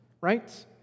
right